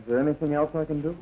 is there anything else i can do